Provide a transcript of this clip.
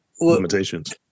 Limitations